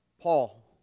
Paul